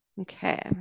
Okay